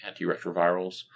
antiretrovirals